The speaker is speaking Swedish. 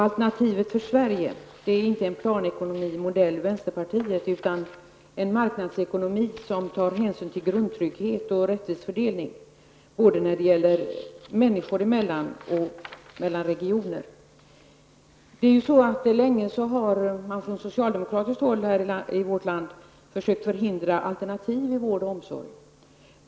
Alternativet för Sverige är inte en planekonomi enligt vänsterpartiets modell, utan en marknadsekonomi som tar hänsyn till grundtrygghet och rättvis fördelning både mellan människor och mellan regioner. Länge har man från socialdemokratiskt håll i vårt land försökt förhindra alternativ i vård och omsorg.